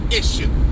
issue